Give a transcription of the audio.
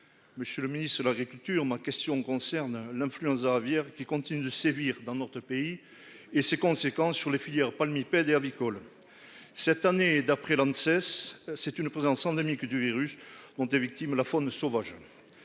Monsieur le ministre de l'Agriculture. Ma question concerne l'influenza aviaire qui continue de sévir dans notre pays et ses conséquences sur la filière palmipèdes avicole cette année d'après ne cesse, c'est une présence endémique du virus ont été victimes la faune sauvage.